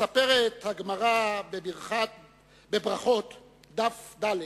מספרת הגמרא בברכות דף ד'